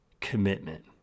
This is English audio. commitment